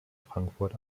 frankfurt